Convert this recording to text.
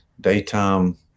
daytime